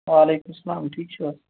وعلیکُم السلام ٹھیٖک چھُو حظ